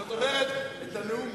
זאת אומרת, את הנאום ביידיש.